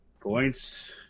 Points